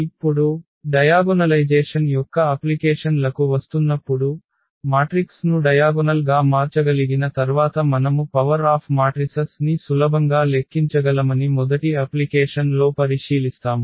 ఇప్పుడు డయాగొనలైజేషన్ యొక్క అప్లికేషన్ లకు వస్తున్నప్పుడు మాట్రిక్స్ ను డయాగొనల్ గా మార్చగలిగిన తర్వాత మనము పవర్ ఆఫ్ మాట్రిసస్ ని సులభంగా లెక్కించగలమని మొదటి అప్లికేషన్ లో పరిశీలిస్తాము